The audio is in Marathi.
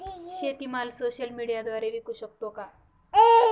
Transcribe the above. शेतीमाल सोशल मीडियाद्वारे विकू शकतो का?